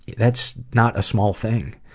that's not a small thing.